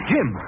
Jim